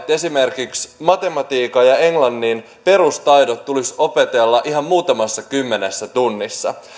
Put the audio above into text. esimerkiksi matematiikan ja englannin perustaidot tulisi opetella ihan muutamassa kymmenessä tunnissa